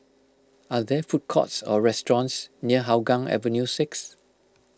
are there food courts or restaurants near Hougang Avenue six